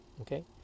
okay